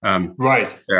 Right